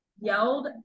yelled